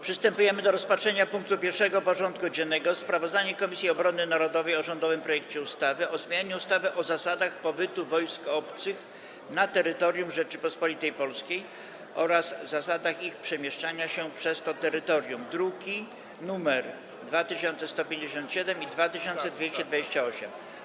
Przystępujemy do rozpatrzenia punktu 1. porządku dziennego: Sprawozdanie Komisji Obrony Narodowej o rządowym projekcie ustawy o zmianie ustawy o zasadach pobytu wojsk obcych na terytorium Rzeczypospolitej Polskiej oraz zasadach ich przemieszczania się przez to terytorium (druki nr 2157 i 2228)